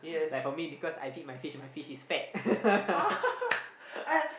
like for me because I feed my fish my fish is fat